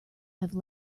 have